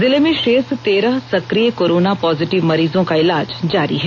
जिले में शेष तेरह सक्रिय कोरोना पोजिटिव मरीजों का इलाज जारी है